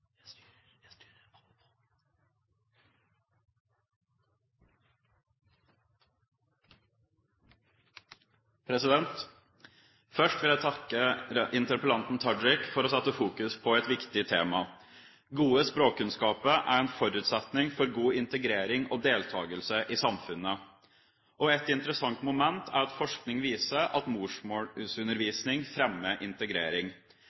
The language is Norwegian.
Først vil jeg takke interpellanten Tajik for å sette fokus på et viktig tema. Gode språkkunnskaper er en forutsetning for god integrering og deltakelse i samfunnet. Et interessant moment er at forskning viser at morsmålsundervisning fremmer integrering.